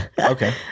Okay